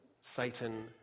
Satan